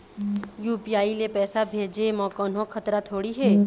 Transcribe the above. UPI ले पैसे भेजे म कोन्हो खतरा थोड़ी हे?